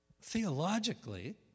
theologically